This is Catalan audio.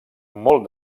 molt